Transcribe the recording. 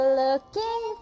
looking